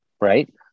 right